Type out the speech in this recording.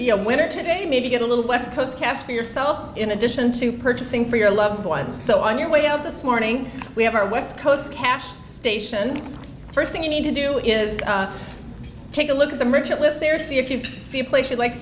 be a winner today maybe get a little west coast cast for yourself in addition to purchasing for your loved ones so on your way out the smarting we have our west coast cash station the first thing you need to do is take a look at the merchant list there see if you've seen places like